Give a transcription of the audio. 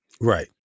Right